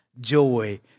joy